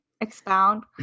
Expound